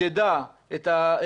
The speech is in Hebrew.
אני